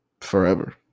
forever